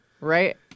right